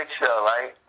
right